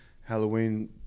Halloween